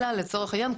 אלא לצורך העניין,